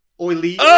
oily